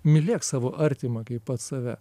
mylėk savo artimą kaip pats save